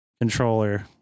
Controller